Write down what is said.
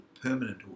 permanent